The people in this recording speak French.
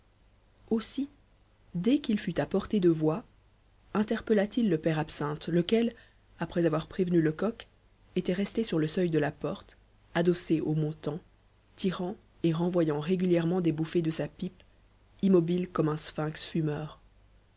aussi dès qu'il fut à portée de voix interpella t il le père absinthe lequel après avoir prévenu lecoq était resté sur le seuil de la porte adossé aux montants tirant et renvoyant régulièrement des bouffées de sa pipe immobile comme un sphinx fumeur